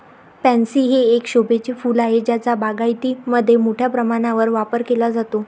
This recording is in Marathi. पॅन्सी हे एक शोभेचे फूल आहे ज्याचा बागायतीमध्ये मोठ्या प्रमाणावर वापर केला जातो